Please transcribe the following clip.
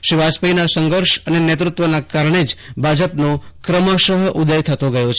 શ્રી વાજપેયીના સંઘર્ષ અને નેતૃત્વના કારણે જ ભાજપનો ક્રમશઃ ઉદય થતો ગયો છે